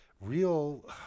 Real